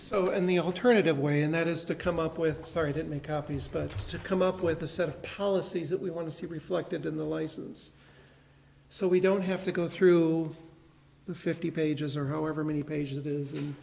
so and the alternative way and that is to come up with started and make copies but to come up with a set of policies that we want to see reflected in the license so we don't have to go through the fifty pages or however many pages